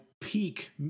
peak